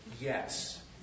Yes